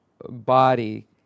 body